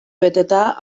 beteta